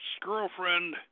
girlfriend